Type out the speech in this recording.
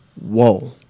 whoa